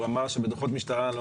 הוא התייחס לדוחות משטרה.